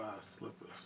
slippers